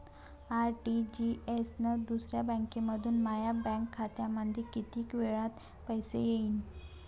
RTGS न दुसऱ्या बँकेमंधून माया बँक खात्यामंधी कितीक वेळातं पैसे येतीनं?